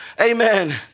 amen